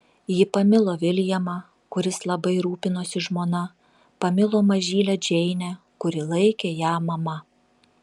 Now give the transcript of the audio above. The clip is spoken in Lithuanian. ji pamilo viljamą kuris labai rūpinosi žmona pamilo mažylę džeinę kuri laikė ją mama